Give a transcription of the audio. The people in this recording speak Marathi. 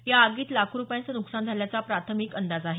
या आगीत लाखो रुपयाचं नुकसान झाल्याचा प्राथमिक अंदाज आहे